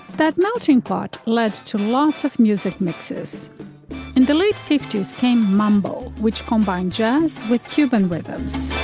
that melting pot led to lots of music mixes in the late fifty s came mambo which combine jazz with cuban rhythms